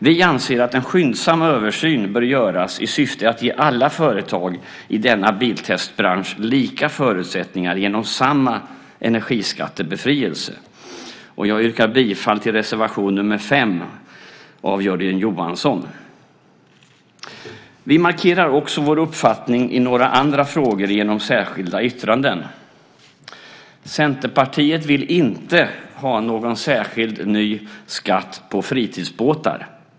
Vi anser att en skyndsam översyn bör göras i syfte att ge alla företag i denna biltestbransch lika förutsättningar genom samma energiskattebefrielse. Jag yrkar bifall till reservation nr 5 av Jörgen Johansson. Vi markerar också vår uppfattning i några andra frågor genom särskilda yttranden. Centerpartiet vill inte ha någon särskild ny skatt på fritidsbåtar.